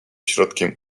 środkiem